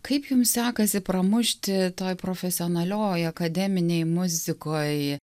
kaip jums sekasi pramušti toj profesionalioj akademinėj muzikoj